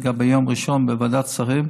לגבי יום ראשון בוועדת שרים,